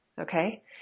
Okay